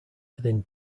within